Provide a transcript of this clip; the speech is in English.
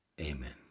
Amen